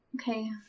Okay